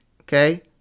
okay